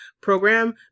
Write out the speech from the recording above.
program